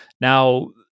Now